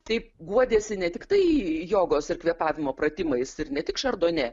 taip guodėsi ne tiktai jogos ir kvėpavimo pratimais ir ne tik šardone